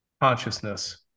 consciousness